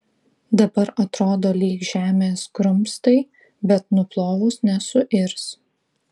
dabar atrodo lyg žemės grumstai bet nuplovus nesuirs